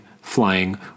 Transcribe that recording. flying